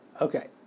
Okay